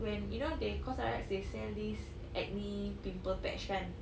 when you know they Cosrx they sell this acne pimple patch kan